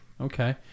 okay